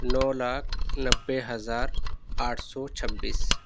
نو لاکھ نوے ہزار آٹھ سو چھبیس